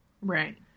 Right